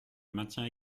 maintiens